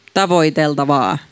tavoiteltavaa